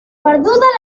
perduda